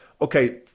Okay